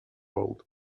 world